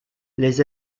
les